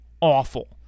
Awful